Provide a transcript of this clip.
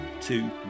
two